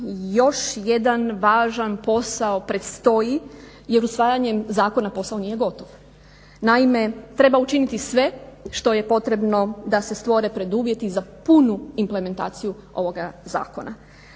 još jedan važan posao predstoji jer usvajanjem zakona posao nije gotov. Naime, treba učiniti sve što je potrebno da se stvore preduvjeti za punu implementaciju ovoga zakona.